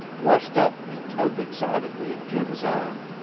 rushed up and tugged excitedly at jim's arm.